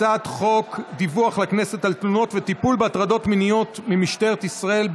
הצעת חוק דיווח לכנסת על תלונות וטיפול בהטרדות מיניות במשטרת ישראל,